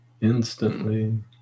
instantly